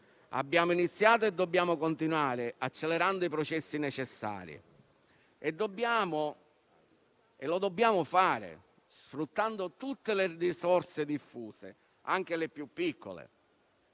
Abbiamo iniziato e dobbiamo continuare, accelerando i processi necessari; lo dobbiamo fare sfruttando tutte le risorse diffuse, anche le più piccole.